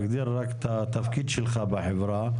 רק תגדיר את התפקיד שלך בחברה.